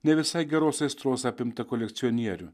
ne visai geros aistros apimtą kolekcionierių